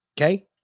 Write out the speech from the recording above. Okay